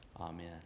Amen